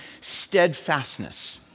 steadfastness